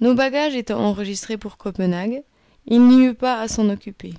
nos bagages étant enregistrés pour copenhague il n'y eut pas à s'en occuper